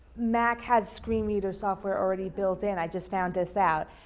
mac has screen reader software already built in. i just found this out.